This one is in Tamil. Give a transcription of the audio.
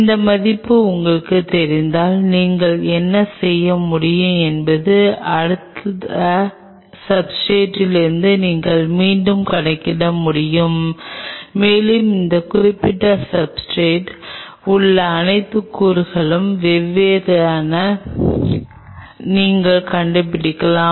அந்த மதிப்பு உங்களுக்குத் தெரிந்தால் நீங்கள் என்ன செய்ய முடியும் என்பது இந்த அடுத்த சப்ஸ்ர்டேட்லிருந்து நீங்கள் மீண்டும் கணக்கிட முடியும் மேலும் அந்த குறிப்பிட்ட சப்ஸ்ர்டேட் உள்ள அனைத்து கூறுகளும் என்னவென்று நீங்கள் கண்டுபிடிக்கலாம்